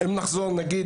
למשל,